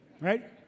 right